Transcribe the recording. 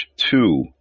Two